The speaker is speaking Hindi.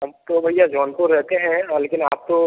हम तो भईया जौनपुर रहते हैं हाँ लेकिन आप तो